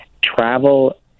travel